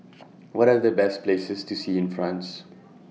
What Are The Best Places to See in France